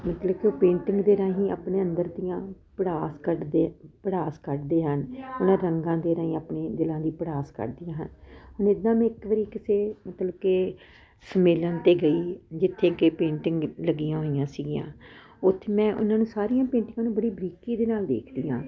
ਮਤਲਵ ਕੀ ਉਹ ਪੇਂਟਿੰਗ ਦੇ ਰਾਹੀਂ ਆਪਣੇ ਅੰਦਰ ਦੀਆਂ ਪੜਾਸ ਕੱਢਦੇ ਆ ਭੜਾਸ ਕੱਢਦੇ ਹਨ ਉਹਨਾਂ ਰੰਗਾਂ ਦੇ ਰਾਹੀਂ ਆਪਣੇ ਦਿਲਾਂ ਦੀ ਭੜਾਸ ਕੱਢਦੀਆਂ ਹਨ ਇਦਾਂ ਮੈਂ ਇੱਕ ਵਾਰੀ ਕਿਸੇ ਮਤਲਬ ਕਿ ਸੰਮੇਲਨ ਤੇ ਗਈ ਜਿੱਥੇ ਕਿ ਪੇਂਟਿੰਗ ਲੱਗੀਆਂ ਹੋਈਆਂ ਸੀਗੀਆਂ ਉੱਥੇ ਮੈਂ ਉਹਨਾਂ ਨੂੰ ਸਾਰੀਆਂ ਪੇਂਟਿੰਗਾਂ ਨੂੰ ਬੜੀ ਬਰੀਕੀ ਦੇ ਨਾਲ ਵੇਖਦੀ ਆਂ